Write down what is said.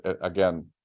again